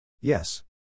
Yes